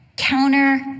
counter